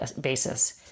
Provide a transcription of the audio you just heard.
basis